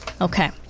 Okay